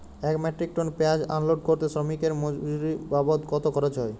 এক metric ton পেঁয়াজ unload করতে শ্রমিকের মজুরি বাবদ কত খরচ হয়?